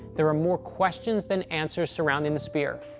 there are more questions than answers surrounding the spear,